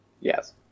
Yes